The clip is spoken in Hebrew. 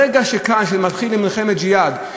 ברגע שמתחיל ג'יהאד,